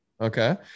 Okay